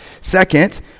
Second